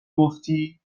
گفتی